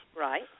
Right